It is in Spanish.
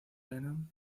venom